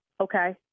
Okay